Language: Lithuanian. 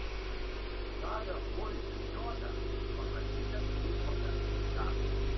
gavę burinę jolę nuo krantinės lipome į ją